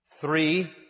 three